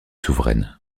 souveraine